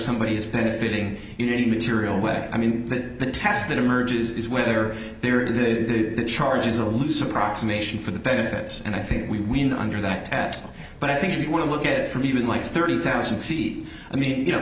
somebody is benefiting in a material way i mean that task that emerges is whether there are the charges a loose approximation for the benefits and i think we under that task but i think if you want to look at it from even like thirty thousand feet i mean you know